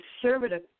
conservative